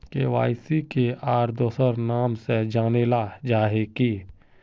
KYC के आर दोसरा नाम से जानले जाहा है की?